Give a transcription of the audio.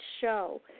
show